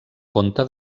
conta